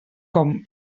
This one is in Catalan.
com